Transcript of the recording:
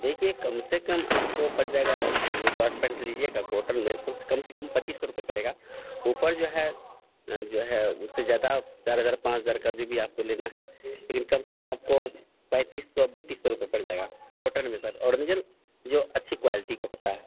देखिए कम से कम आपको पड़ जाएगा ये सर्ट पैन्ट लीजिएगा कॉटन में तो कम से कम पच्चीस सौ रुपये पड़ेगा ऊपर जो है जो है उससे ज़्यादा चार हज़ार पाँच हज़ार का जो भी आपको लेना है लेकिन कम से कम आपको पैंतीस सौ बत्तीस सौ रुपये पड़ जाएगा कॉटन में सर ओरिनजल जो अच्छी क्वालटी का होता है